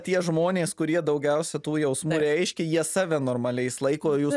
tie žmonės kurie daugiausia tų jausmų reiškia jie save normaliais laiko jūs